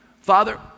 father